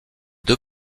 deux